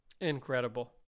Incredible